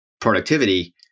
productivity